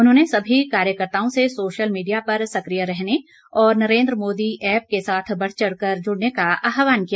उन्होंने सभी कार्यकर्ताओं से सोशल मीडिया पर सक्रिय रहने और नरेन्द्र मोदी ऐप के साथ बढ़चढ़ कर जुड़ने आह्वान किया